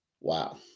Wow